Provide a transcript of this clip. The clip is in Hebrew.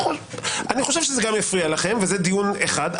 אני חושב שזה גם יפריע לכם, וזה דיון אחד.